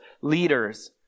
leaders